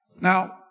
Now